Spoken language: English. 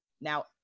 now